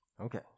Okay